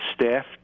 staff